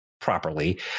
properly